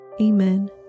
Amen